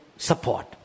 support